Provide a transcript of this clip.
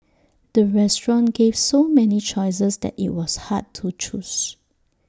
the restaurant gave so many choices that IT was hard to choose